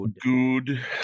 good